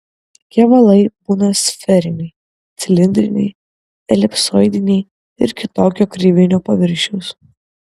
kevalai būna sferiniai cilindriniai elipsoidiniai ir kitokio kreivinio paviršiaus